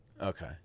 Okay